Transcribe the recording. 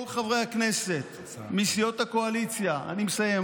כל חברי הכנסת מסיעות הקואליציה אני מסיים,